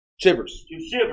shivers